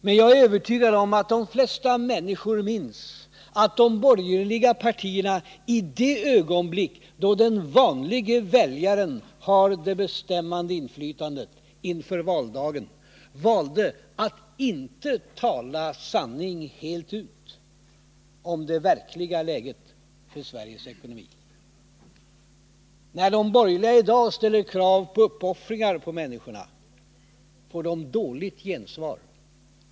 Men jag är övertygad om att de flesta människor minns att de borgerliga partierna i det ögonblick då den vanlige väljaren har det bestämmande inflytandet — inför valdagen — valde att inte tala sanning helt ut om det verkliga läget för Sveriges ekonomi. När de borgerliga i dag ställer krav på uppoffringar på människorna får de dåligt gensvar.